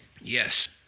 Yes